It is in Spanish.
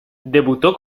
debutó